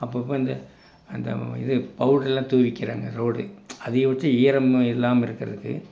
அப்போ அப்போ இந்த அந்த இது பவுடரெல்லாம் தூவிகிறாங்க ரோடு அதிகபட்சம் ஈரமும் இல்லாமல் இருக்கிறதுக்கு